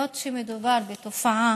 היות שמדובר בתופעה